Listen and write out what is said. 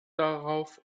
darauf